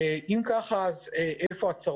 התקציבים כביכול הוקצו, אז למה זה לא מתממש.